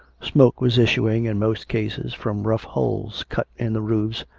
smoke was issuing, in most cases, from rough holes cut in the roofs,